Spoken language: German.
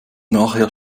nachher